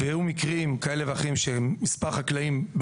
היו מקרים כאלה ואחרים שמספר חקלאים,